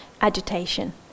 agitation